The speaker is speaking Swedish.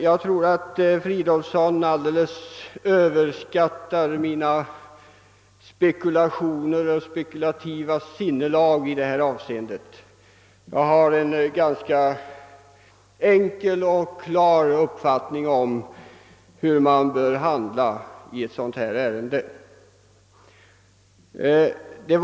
Jag tror att herr Fridolfsson helt överskattar mina spekulativa avsikter i detta avseende. Jag har en ganska enkel och klar uppfattning om hur man bör handla i ett ärende av detta slag.